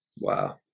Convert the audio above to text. Wow